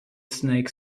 snake